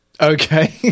Okay